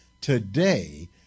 today